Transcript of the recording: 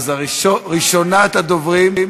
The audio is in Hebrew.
ראשונת הדוברים,